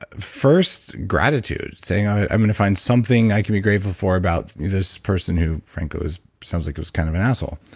ah first gratitude, saying, i'm going to find something i can be grateful for about this person who, frankly, sounds like he was kind of an asshole.